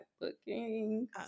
looking